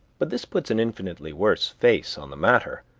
but this puts an infinitely worse face on the matter,